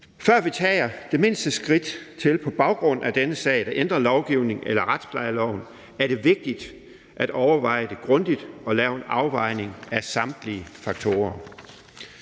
Før vi tager det mindste skridt til på baggrund af denne sag at ændre lovgivning eller retsplejeloven, er det vigtigt at overveje det grundigt og lave en afvejning af samtlige faktorer.